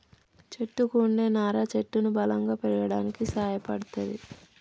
చెట్టుకు వుండే నారా చెట్టును బలంగా పెరగడానికి సాయపడ్తది